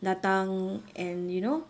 datang and you know